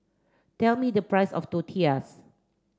tell me the price of Tortillas